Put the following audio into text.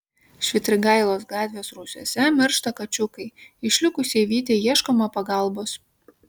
švitrigailos gatvės rūsiuose miršta kačiukai išlikusiai vytei ieškoma pagalbos